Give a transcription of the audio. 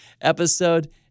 episode